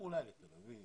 אולי לתל אביב.